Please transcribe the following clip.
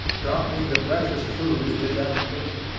dropping the precious food in his agitation.